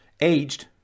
aged